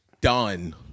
done